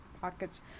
pockets